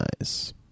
nice